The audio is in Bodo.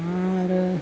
आरो